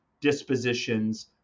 dispositions